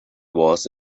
was